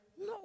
No